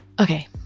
Okay